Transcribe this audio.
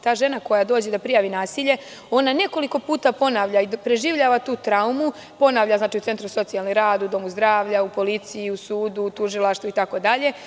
Ta žena koja dođe da prijavi nasilje ona nekoliko puta ponavlja i preživljava tu traumu, ponavlja u centru za socijalni rad, u domu zdravlja, u policiji, sudu, tužilaštvu itd.